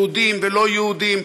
יהודים ולא-יהודים,